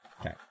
Okay